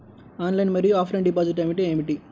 Online మరియు offline deposit అంటే ఏమిటి?